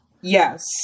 yes